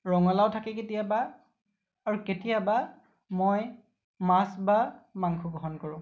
ৰঙালাও থাকে কেতিয়াবা আৰু কেতিয়াবা মই মাছ বা মাংস গ্ৰহণ কৰোঁ